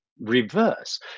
reverse